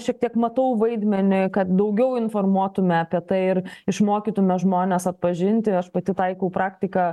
šiek tiek matau vaidmenį kad daugiau informuotume apie tai ir išmokytume žmones atpažinti aš pati taikau praktiką